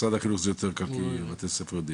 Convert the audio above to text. משרד החינוך זה יותר קל כי בתי הספר יודעים.